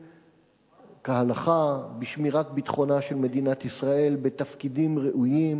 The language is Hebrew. כהלכה בשמירת ביטחונה של מדינת ישראל בתפקידים ראויים,